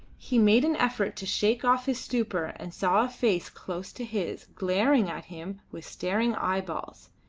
he made an effort to shake off his stupor and saw a face close to his, glaring at him with staring eyeballs.